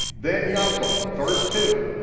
then yaakov, verse two,